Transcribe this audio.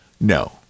no